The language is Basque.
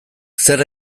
zer